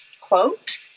quote